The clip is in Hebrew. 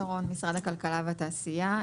אני ממשרד הכלכלה והתעשייה.